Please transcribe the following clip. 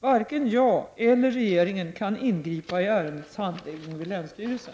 Varken jag eller regeringen kan ingripa i ärendets handläggning vid länsstyrelsen.